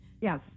Yes